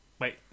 Wait